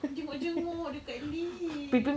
jenguk-jenguk dekat lift